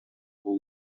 бул